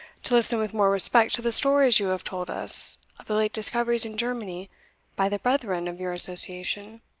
to listen with more respect to the stories you have told us of the late discoveries in germany by the brethren of your association.